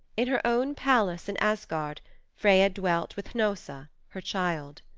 in her own palace in asgard freya dwelt with hnossa her child.